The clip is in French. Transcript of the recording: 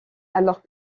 alors